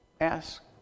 ask